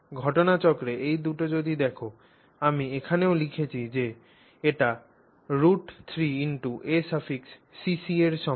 ঘটনাচক্রে এই দুটি যদি দেখ আমি এখানেও লিখেছি যে এটি √3acc র সমান